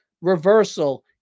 Reversal